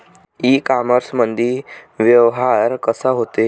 इ कामर्समंदी व्यवहार कसा होते?